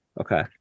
Okay